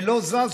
ולא זזו.